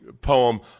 poem